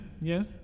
Yes